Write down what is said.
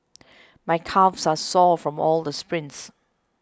my calves are sore from all the sprints